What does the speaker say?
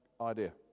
idea